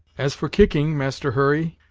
as for kicking, master hurry,